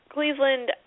Cleveland